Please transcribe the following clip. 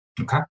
Okay